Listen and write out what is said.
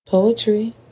Poetry